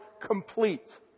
complete